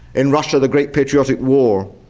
in russia the great patriotic war.